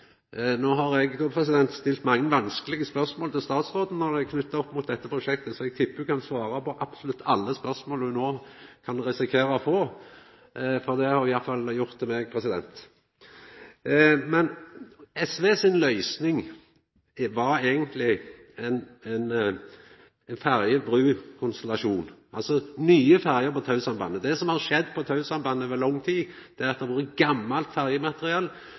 stilt mange vanskelege spørsmål til statsråden knytt opp mot dette prosjektet, så eg tippar ho kan svara på absolutt alle spørsmål ho no kan risikera å få, for det har ho iallfall gjort til meg. SV si løysing var eigentlig ein ferje–bru-konstellasjon – altså nye ferjer på Tau-sambandet. Det som har skjedd på Tau-sambandet over lang tid, er at det har vore gammalt ferjemateriell